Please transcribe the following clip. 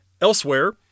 Elsewhere